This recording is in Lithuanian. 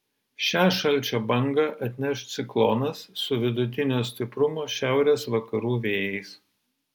šią šalčio bangą atneš ciklonas su vidutinio stiprumo šiaurės vakarų vėjais